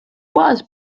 was